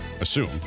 assume